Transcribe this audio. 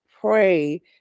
pray